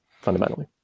fundamentally